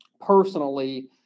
personally